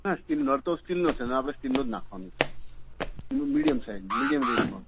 હા સ્ટીલ નળ તો સ્ટીલનો છે આપણે સ્ટીલનો જ નાંખવાનો મીડિયમ સાઇઝ મીડિયમ રેંજમાં